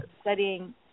studying